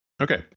Okay